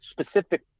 specific